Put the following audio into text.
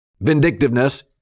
vindictiveness